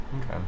okay